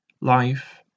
life